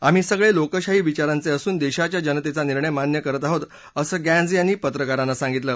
आम्ही सगळे लोकशाही विचाराचे असून देशाच्या जनतेचा निर्णय मान्य करत आहोत असं गेंट्स यांनी पत्रकारांना सांगितलं